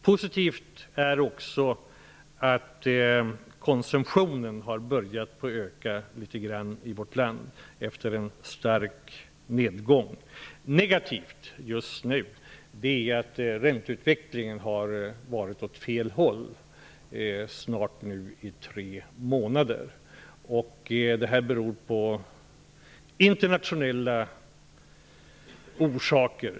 Positivt är också att konsumtionen har börjat öka litet i vårt land efter en stark nedgång. Negativt är att ränteutvecklingen har varit åt fel håll i nu snart tre månader. Det har internationella orsaker.